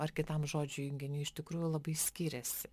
ar kitam žodžių junginiui iš tikrųjų labai skiriasi